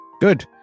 Good